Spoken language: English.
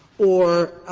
or